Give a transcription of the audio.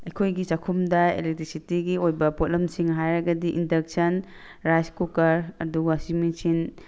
ꯑꯩꯈꯣꯏꯒꯤ ꯆꯥꯛꯈꯨꯝꯗ ꯑꯦꯂꯦꯛꯇ꯭ꯔꯤꯁꯤꯇꯤꯒꯤ ꯑꯣꯏꯕ ꯄꯣꯠꯂꯝꯁꯤꯡ ꯍꯥꯏꯔꯒꯗꯤ ꯏꯟꯗꯛꯁꯟ ꯔꯥꯏꯁ ꯀꯨꯀꯔ ꯑꯗꯨꯒ ꯋꯥꯁꯤꯡ ꯃꯤꯆꯤꯟ